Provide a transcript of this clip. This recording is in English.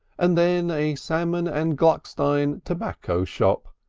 and then a salmon and gluckstein tobacco shop,